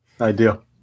ideal